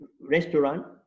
restaurant